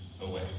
away